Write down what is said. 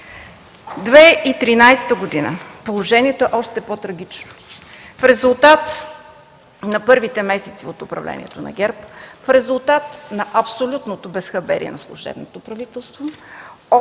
година положението е още по трагично. В резултат на първите месеци от управлението на ГЕРБ, в резултат на абсолютното безхаберие на служебното правителство